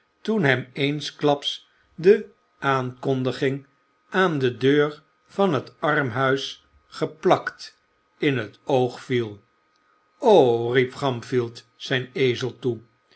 toen hem eensklaps de aankondiging aan de deur van het armhuis geplakt in het oog viel ho riep oamfield zijn ezel toe